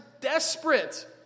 desperate